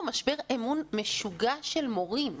משבר אמון משוגע של מורים.